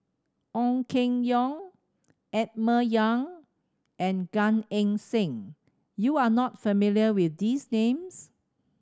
Ong Keng Yong Emma Yong and Gan Eng Seng you are not familiar with these names